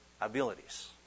abilities